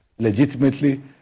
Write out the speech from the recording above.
legitimately